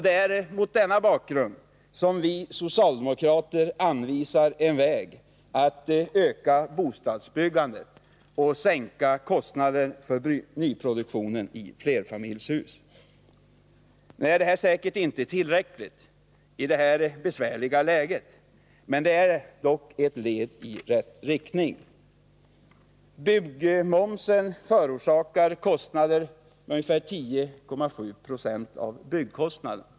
Det är mot denna bakgrund som vi socialdemokrater anvisar en väg att öka bostadsbyggandet och sänka kostnaden för nyproduktionen i flerfamiljshus. Det är säkert inte tillräckligt i detta besvärliga läge men ändå ett steg i rätt riktning. Byggmomsen förorsakar kostnader som uppgår till 10,7 90 av byggkostnaden.